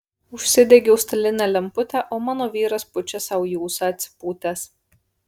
užsidegiau stalinę lemputę o mano vyras pučia sau į ūsą atsipūtęs